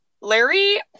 Larry